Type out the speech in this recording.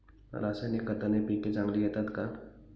रासायनिक खताने पिके चांगली येतात का?